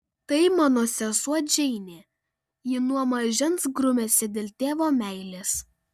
tai mano sesuo džeinė ji nuo mažens grumiasi dėl tėvo meilės